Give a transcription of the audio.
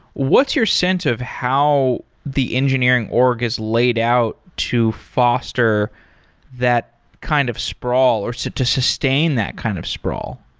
what's your sense of how the engineering org is laid out to foster that kind of sprawl or to to sustain that kind of sprawl?